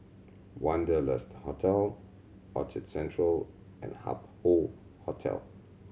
Wanderlust Hotel Orchard Central and Hup Hoe Hotel